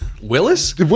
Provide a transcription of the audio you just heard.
Willis